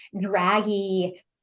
draggy